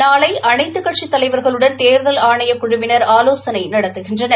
நாளை அனைத்துக் கட்சித் தவைலர்களுடன் தேர்தல் ஆணைய குழுவினர் ஆலோசனை நடத்துகின்றனர்